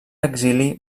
exili